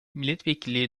milletvekili